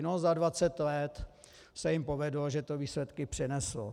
No za dvacet let se jim povedlo, že to výsledky přineslo.